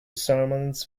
sermons